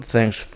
Thanks